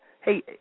Hey